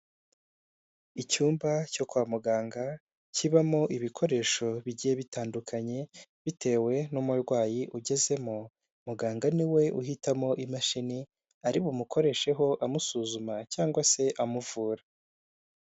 Icyumba cyo kwa muganga kibamo ibikoresho bigiye bitandukanye bitewe n'umurwayi ugezemo, muganga niwe uhitamo imashini ari bumukoresheho amusuzuma cyangwa se amuvura.